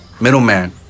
middleman